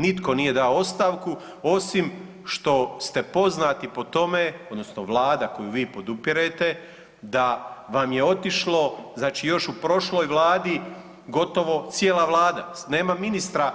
Nitko, nitko nije dao ostavku, osim što ste poznati po tome odnosno Vlada koju vi podupirete da vam je otišlo znači još u prošloj vladi gotovo cijela vlada, nema ministra